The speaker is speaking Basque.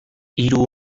hiru